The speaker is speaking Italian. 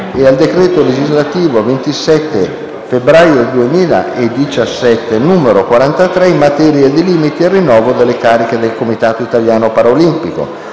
e al decreto legislativo 27 febbraio 2017, n. 43, in materia di limiti al rinnovo delle cariche nel Comitato italiano paralimpico